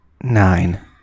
Nine